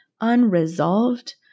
unresolved